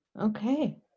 okay